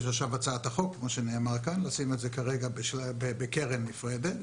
יש עכשיו הצעת חוק לשים את זה בקרן נפרדת.